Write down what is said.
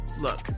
Look